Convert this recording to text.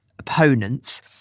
Opponents